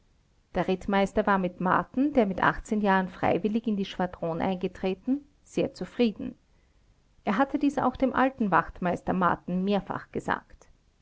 der rittmeister war mit marten der mit jahren freiwillig in die schwadron eingetreten sehr zufrieden er hatte dies auch dem alten wachtmeister marten mehrfach gesagt